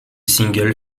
single